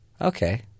Okay